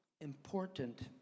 important